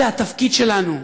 זה התפקיד שלנו,